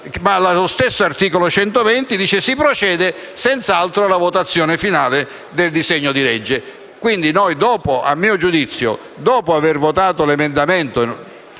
ma lo stesso articolo 120 dice che «si procede senz'altro alla votazione finale del disegno di legge». A mio giudizio, dopo aver votato l'emendamento